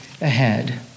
ahead